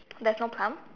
there's no plum